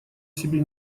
себе